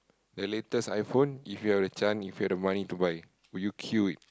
the latest iPhone if you have the chance if you have the money to buy will you kill it